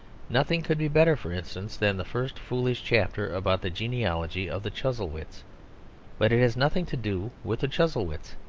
nothing could be better, for instance, than the first foolish chapter about the genealogy of the chuzzlewits but it has nothing to do with the chuzzlewits.